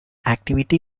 activity